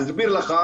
אסביר לך,